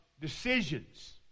decisions